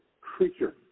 creature